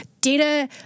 data